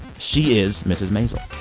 she is mrs. maisel.